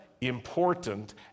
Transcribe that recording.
important